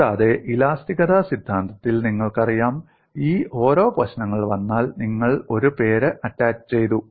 കൂടാതെ ഇലാസ്തികത സിദ്ധാന്തത്തിൽ നിങ്ങൾക്കറിയാം ഈ ഓരോ പ്രശ്നങ്ങൾ വന്നാൽ നിങ്ങൾ ഒരു പേര് അറ്റാച്ചുചെയ്തു